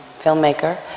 filmmaker